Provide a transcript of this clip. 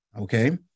okay